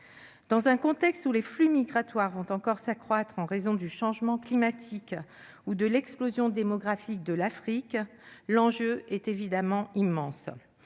Dans un contexte où les flux migratoires vont encore s'accroître en raison du changement climatique ou de l'explosion démographique de l'Afrique, l'enjeu est évidemment immense.